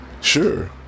sure